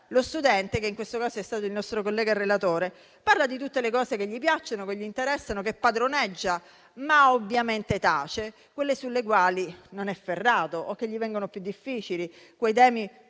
lo studente - in questo caso è stato il collega relatore - parla di tutte le cose che gli piacciono, che gli interessano e che padroneggia, tacendo ovviamente quelle sulle quali non è ferrato o che gli restano più difficili, i temi